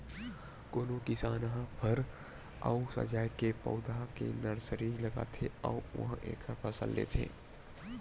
कोनो किसान ह फर अउ सजाए के पउधा के नरसरी लगाथे अउ उहां एखर फसल लेथे